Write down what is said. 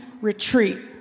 retreat